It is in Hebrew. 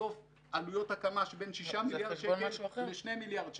בסוף עלויות הקמה שבין שישה מיליארד שקל לשני מיליארד שקל.